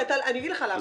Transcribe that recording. אגיד לך למה.